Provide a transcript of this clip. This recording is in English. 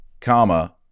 comma